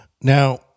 Now